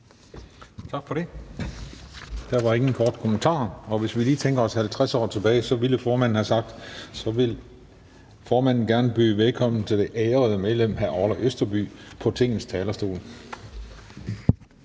Tak for det. Der var ingen korte bemærkninger. Og hvis vi lige tænker os 50 år tilbage, ville formanden have sagt: Så vil formanden gerne byde velkommen til det ærede medlem, hr. Orla Østerby, på Tingets talerstol.